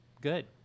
Good